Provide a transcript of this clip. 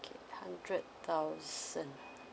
K hundred thousand